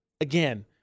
again